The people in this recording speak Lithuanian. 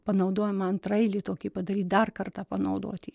panaudojama antraeilį tokį padaryt dar kartą panaudot jį